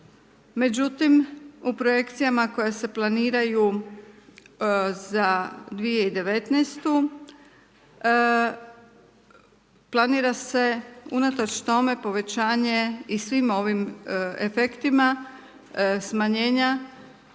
Međutim, u projekcijama koje se planiraju za 2019. planira se unatoč tome povećanje i svim ovim efektima smanjenja,